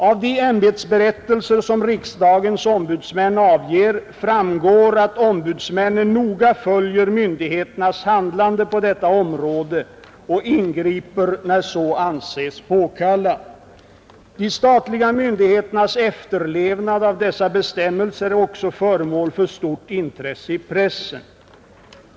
Av de ämbetsberättelser som riksdagens ombudsmän avger framgår att ombudsmännen noga följer myndigheternas handlande på detta område och ingriper när så anses påkallat. De statliga myndigheternas efterlevnad av dessa bestämmelser är också föremål för stort intresse i pressen.